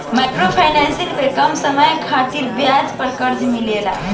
micro finance पर कम समय खातिर ब्याज पर कर्जा मिलेला